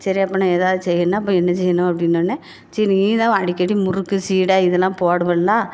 சரி அப்போன்னா எதாவது செய்யனுனா என்ன செய்யணும் அப்படின்னோனே சரி நீதான் அடிக்கடி முறுக்கு சீடை இதெல்லாம் போடுவல்லா